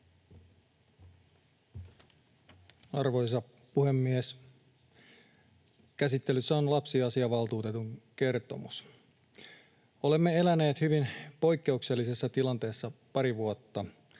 Arvoisa puhemies! Käsittelyssä on lapsiasiavaltuutetun kertomus. Olemme eläneet hyvin poikkeuksellisessa tilanteessa pari vuotta,